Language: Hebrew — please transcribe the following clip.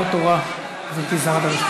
אנחנו נשמח לאיזה דבר תורה, גברתי שרת המשפטים.